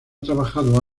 trabajado